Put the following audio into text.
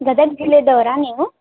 ಗದಗ್ ಜಿಲ್ಲೆಯವ್ರಾ ನೀವು